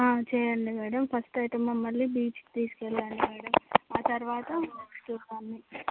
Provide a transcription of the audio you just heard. ఆ చేయండి madam first ఐతే మమ్మల్ని బీచ్ కి తీసుకెళ్లండి మ్యాడమ్ ఆ తర్వాత చూద్దాము